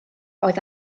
oedd